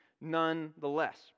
nonetheless